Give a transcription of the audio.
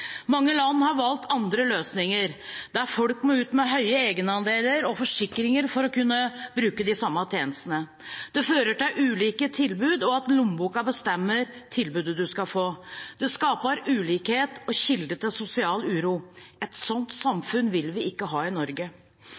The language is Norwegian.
Mange land har valgt andre løsninger der folk må ut med høye egenandeler og forsikringer for å kunne bruke de samme tjenestene. Det fører til ulike tilbud og at lommeboka bestemmer tilbudet du skal få. Det skaper ulikhet og er kilde til sosial uro. Et sånt samfunn vil vi ikke ha i Norge.